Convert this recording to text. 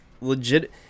legit